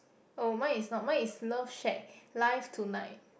oh mine is not mine is love shack live tonight